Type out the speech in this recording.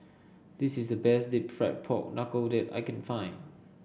this is the best deep fried Pork Knuckle that I can find